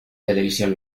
televisión